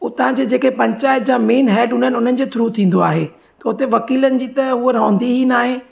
उतां जे जेके पंचायत जा मेन हेड हूंदा आहिनि उन्हनि जे थ्रू थींदो आहे त हुते वकीलनि जी त उहा रहंदी ई न आहे